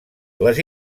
les